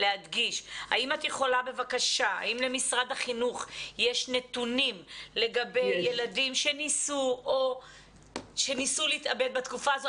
האם למשרד החינוך יש נתונים לגבי ילדים שניסו להתאבד בתקופה הזו?